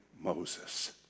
Moses